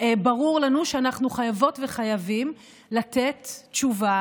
ברור לנו שאנחנו חייבות וחייבים לתת תשובה